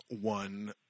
one